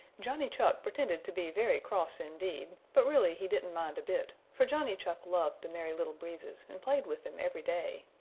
johnny chuck pretended to be very cross indeed, but really he didn't mind a bit, for johnny chuck loved the merry little breezes and played with them everyday.